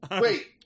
Wait